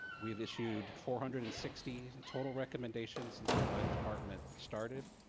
we've issued four hundred and sixty and total recommendations since the audit department started.